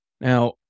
Now